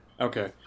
okay